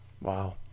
Wow